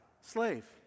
slave